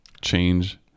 change